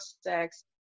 sex